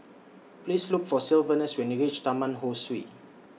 Please Look For Sylvanus when YOU REACH Taman Ho Swee